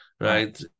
right